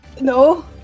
No